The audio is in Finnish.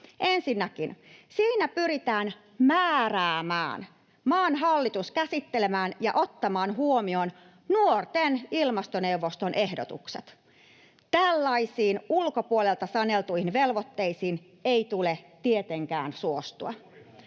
Ensinnäkin siinä pyritään määräämään maan hallitus käsittelemään ja ottamaan huomioon nuorten ilmastoneuvoston ehdotukset. Tällaisiin ulkopuolelta saneltuihin velvoitteisiin ei tule tietenkään suostua.